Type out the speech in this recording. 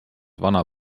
vana